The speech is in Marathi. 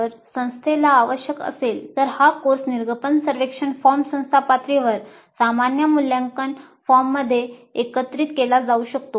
जर संस्थेला आवश्यक असेल तर हा कोर्स निर्गमन सर्वेक्षण फॉर्म संस्था पातळीवरील सामान्य मूल्यांकन फॉर्ममध्ये एकत्रित केला जाऊ शकतो